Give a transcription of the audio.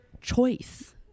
choice